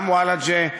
גם ולאג'ה,